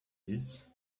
dix